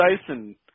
Dyson